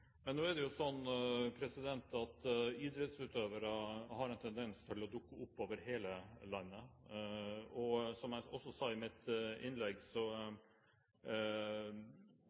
Men nå er det jo slik at idrettsutøvere har en tendens til å dukke opp over hele landet, og som jeg også sa i mitt innlegg,